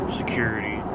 security